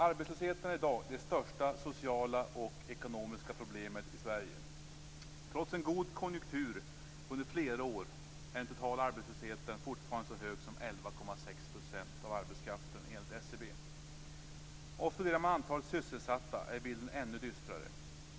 Arbetslösheten är i dag det största sociala och ekonomiska problemet i Sverige. Trots en god konjunktur under flera år är den totala arbetslösheten fortfarande så hög som 11,6 % av arbetskraften, enligt SCB. Studerar man antalet sysselsatta är bilden ännu dystrare.